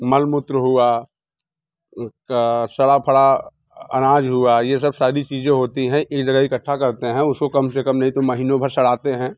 मल मूत्र हुआ उसका सड़ा फड़ा अनाज हुआ ये सब सारी चीज़े होती हैं एक जगह इकट्ठा करते हैं उसको कम से कम नहीं तो महीनों भर सड़ाते हैं